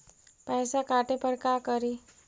पैसा काटे पर का करि?